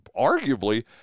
arguably